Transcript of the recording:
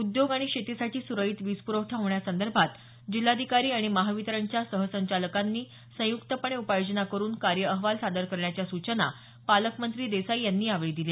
उद्योग आणि शेतीसाठी सुरळीत वीज पुरवठा होण्यासंदर्भात जिल्हाधिकारी आणि महावितरणच्या सहसंचालकांनी संयुक्तपणे उपाययोजना करून कार्य अहवाल सादर करण्याच्या सूचना यावेळी पालकमंत्री देसाई यांनी यावेळी दिल्या